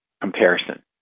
comparison